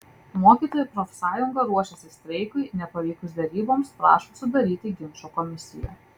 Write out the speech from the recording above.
mokytojų profsąjunga ruošiasi streikui nepavykus deryboms prašo sudaryti ginčo komisiją